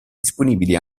disponibili